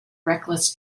reckless